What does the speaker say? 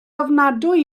ofnadwy